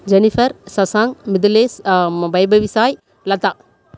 Jennifer Shashank Mithilesh பைபவிசாய் லதா